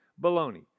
Baloney